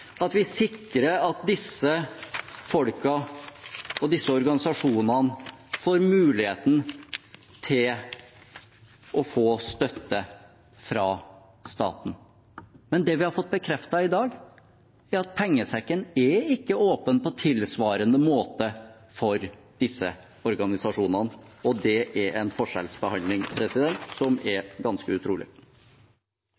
at vi sikrer at disse folkene og organisasjonene får muligheten til å få støtte fra staten. Det vi har fått bekreftet i dag, er at pengesekken ikke er åpen på tilsvarende måte for disse organisasjonene, og det er en forskjellsbehandling som er